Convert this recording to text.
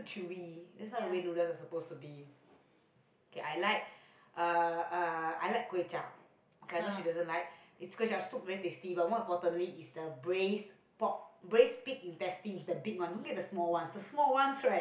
ya ah